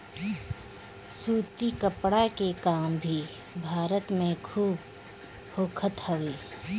सूती कपड़ा के काम भी भारत में खूब होखत हवे